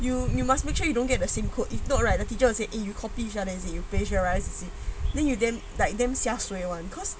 you you must make sure you don't get the same code if not right the teacher will say eh you copy is it you plagiarise then you didn't like them sia suay [one] because